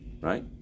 right